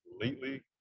completely